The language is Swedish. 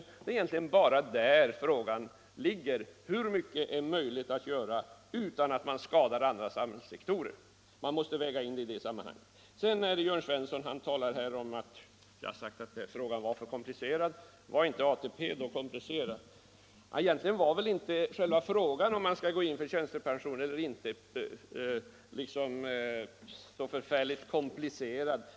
Frågan är egentligen bara: Hur mycket är det möjligt att göra utan att man skadar andra samhällssektorer? Man måste väga in det i sammanhanget. Herr Jörn Svensson återkommer till vad jag har sagt om att den här frågan var för komplicerad för en folkomröstning, och han frågar: Var då inte frågan om ATP komplicerad? Egentligen var väl inte själva frågan om man skulle gå in för tjänstepension eller inte så förfärligt komplicerad.